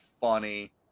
funny